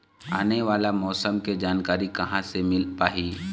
आने वाला मौसम के जानकारी कहां से मिल पाही?